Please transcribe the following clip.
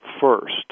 first